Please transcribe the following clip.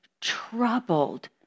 troubled